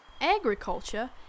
Agriculture